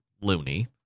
loony